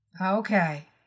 Okay